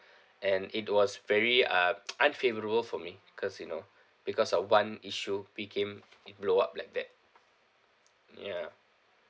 and it was very uh unfavourable for me cause you know because of one issue became it blow up like that ya